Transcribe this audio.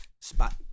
spot